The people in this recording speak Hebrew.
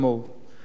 לפי השקפת עולמנו,